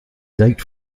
date